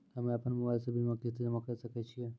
हम्मे अपन मोबाइल से बीमा किस्त जमा करें सकय छियै?